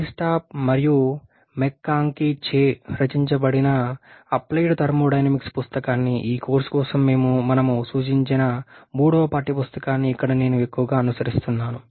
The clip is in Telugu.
ఈస్టాప్ మరియు మెక్కాంకీ చే రచించబడిన అప్లైడ్ థర్మోడైనమిక్స్ పుస్తకాన్ని ఈ కోర్సు కోసం మేము సూచించిన మూడవ పాఠ్యపుస్తకాన్ని ఇక్కడ నేను ఎక్కువగా అనుసరిస్తున్నాను